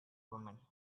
woman